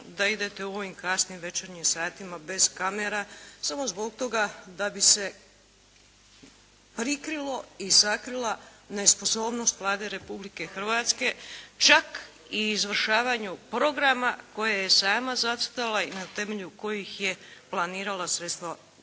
da idete u ovim kasnim večernjima satima bez kamera samo zbog toga da bi se prikrilo i sakrila nesposobnost Vlade Republike Hrvatske, čak i izvršavanju programa koje je sama zacrtala i na temelju kojih je planirala sredstva u